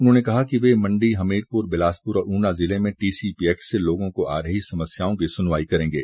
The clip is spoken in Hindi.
उन्होंने कहा कि वे मंडी हमीरपुर बिलासपुर और ऊना जिले में टीसीपी एक्ट से लोगों को आ रही समस्याओं की सुनवाई करेंगे